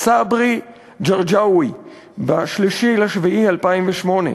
סברי ג'רג'אוי, ב-3 ביולי 2008,